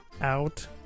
out